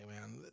man